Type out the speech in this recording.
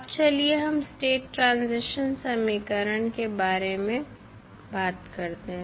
अब चलिए हम स्टेट ट्रांजीशन समीकरण के बारे में बात करते हैं